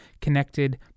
connected